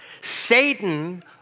Satan